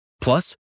Plus